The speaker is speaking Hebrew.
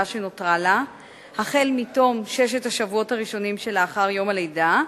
שנותרה לה מתום ששת השבועות הראשונים שלאחר יום הלידה,